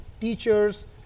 teachers